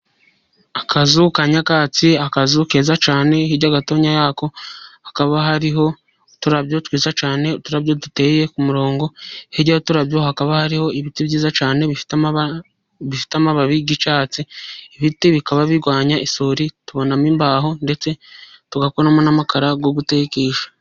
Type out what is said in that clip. Akazu ka nyakatsi, akazu keza cyane. Hirya gatoya yako hakaba hariho uturabyo twiza cyane, uturabyo duteye ku murongo. Hirya y’uturabyo, hakaba hariho ibiti byiza cyane bifite amababi y’icyatsi. Ibiti bikaba birwanya isuri, tubonamo imbaho, ndetse tugakoramo n’amakara yo gutekesha.